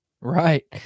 Right